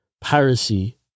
piracy